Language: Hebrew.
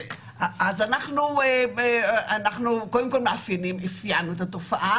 אז אנחנו קודם כל אפיינו את התופעה,